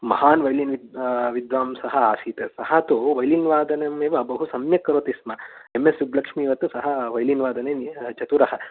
महान् वैलिन् विद्वांसः आसीत् सः तु वैलिन् वादनमेव बहु सम्यक् करोतिस्म एम् एस् सुब्बलक्ष्मिवत् सः वैलिन् वादने चतुरः